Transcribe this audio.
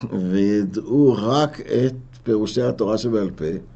וידעו רק את פירושי התורה שבעל פה.